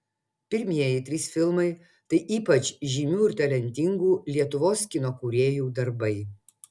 pirmieji trys filmai tai ypač žymių ir talentingų lietuvos kino kūrėjų darbai